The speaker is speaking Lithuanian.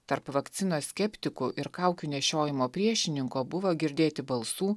tarp vakcinos skeptikų ir kaukių nešiojimo priešininko buvo girdėti balsų